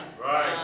Right